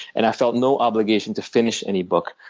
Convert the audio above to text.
and i felt no obligation to finish any book.